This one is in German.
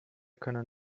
können